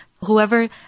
Whoever